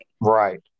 Right